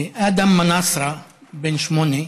אדם מנאסרה, בן שמונה,